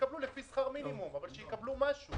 שיקבלו לפי שכר מינימום אבל שיקבלו משהו,